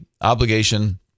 obligation